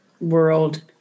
world